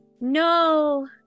No